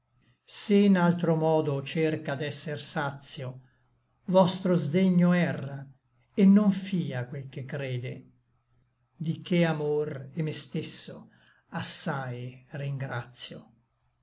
se n altro modo cerca d'esser sacio vostro sdegno erra et non fia quel che crede di che amor et me stesso assai ringracio